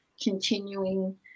continuing